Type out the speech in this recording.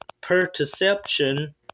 perception